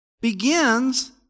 begins